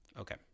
okay